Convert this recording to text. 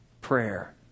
prayer